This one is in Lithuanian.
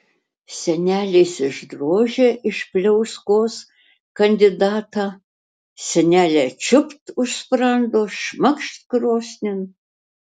senelis išdrožė iš pliauskos kandidatą senelė čiūpt už sprando šmakšt krosnin